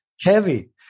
heavy